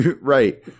Right